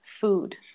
food